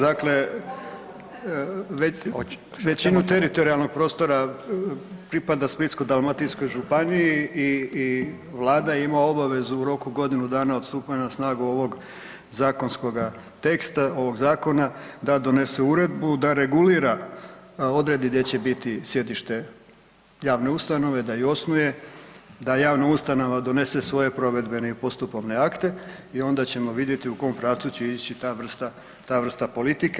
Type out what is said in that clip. Dakle, većinu teritorijalnog prostora pripada Splitsko-dalmatinskoj županiji i Vlada ima obavezu u roku godinu dana od stupanja na snagu ovog zakonskoga teksta, ovog zakona da donese uredbu da regulira, odredi gdje će biti sjedište javne ustanove, da je osnuje, da javna ustanove donese svoje provedbene i postupovne akte i onda ćemo visjeti u kom pravcu će ići ta vrsta politika.